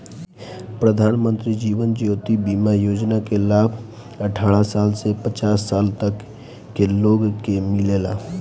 प्रधानमंत्री जीवन ज्योति बीमा योजना के लाभ अठारह साल से पचास साल तक के लोग के मिलेला